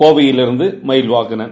கோவையிலிருந்து மயில்வாகனன்